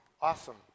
Awesome